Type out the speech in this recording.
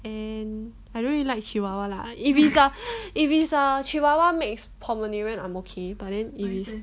and I don't really like chuhuahua lah if it's err if it's a chihuahua mixed pomeranian 'm okay but then if it's